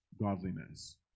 godliness